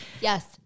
Yes